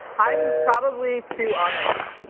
i'm probably too honest.